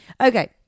Okay